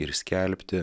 ir skelbti